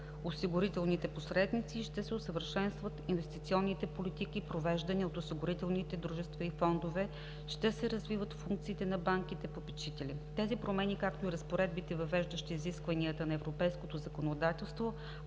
осигурителните посредници и ще се усъвършенстват инвестиционните политики, провеждани от осигурителните дружества и фондовете, ще се развиват функциите на банките - попечители. Тези промени, както и разпоредбите, въвеждащи изискванията на европейското законодателство,